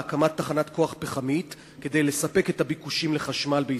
הקמת תחנת כוח פחמית כדי לספק את הביקושים לחשמל בישראל,